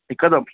हिकदमि